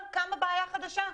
אבל קמה בעיה חדשה.